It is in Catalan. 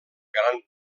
gran